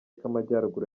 k’amajyaruguru